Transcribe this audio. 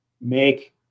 make